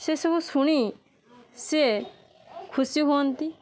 ସେସବୁ ଶୁଣି ସିଏ ଖୁସି ହୁଅନ୍ତି